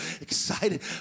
excited